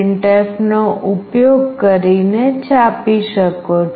printf નો ઉપયોગ કરીને છાપી શકો છો